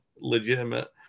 legitimate